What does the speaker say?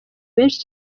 benshi